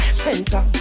center